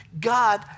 God